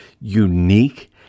unique